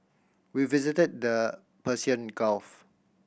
we visited the Persian Gulf